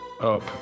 up